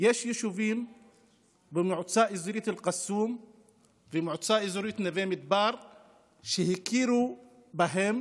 יש יישובים במועצה אזורית אל-קסום ובמועצה האזורית נווה מדבר שהכירו בהם